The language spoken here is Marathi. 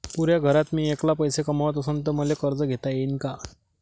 पुऱ्या घरात मी ऐकला पैसे कमवत असन तर मले कर्ज घेता येईन का?